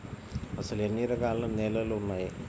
అసలు ఎన్ని రకాల నేలలు వున్నాయి?